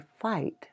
fight